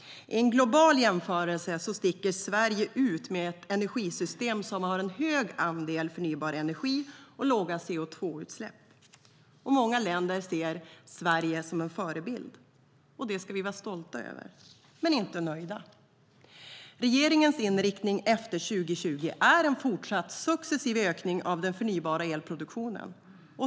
I en global jämförelse sticker Sverige ut med ett energisystem som har en hög andel förnybar energi och låga CO2-utsläpp. Många länder ser Sverige som en förebild. Det ska vi vara stolta över, men inte nöjda. Regeringens inriktning efter 2020 är en fortsatt successiv ökning av den förnybara elproduktionen.